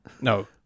No